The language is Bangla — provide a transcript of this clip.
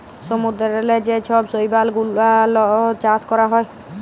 সমুদ্দূরেল্লে যে ছব শৈবাল গুলাল চাষ ক্যরা হ্যয়